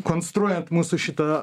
konstruojant mūsų šitą